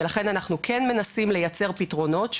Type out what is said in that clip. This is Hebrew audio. לכן אנחנו כן מנסים לייצר פתרונות.